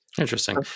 Interesting